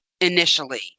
initially